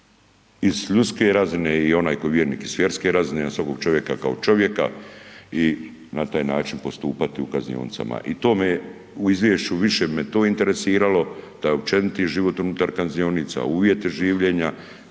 i s ljudske razine i onaj ko je vjernik i s vjerske razine i na svakog čovjeka kao čovjeka i na taj način postupati u kaznionicama. To bi me u izvješću više interesiralo taj općeniti život unutar kaznionica, uvjeti življenja,